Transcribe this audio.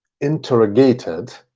interrogated